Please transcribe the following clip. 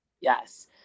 yes